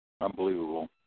Unbelievable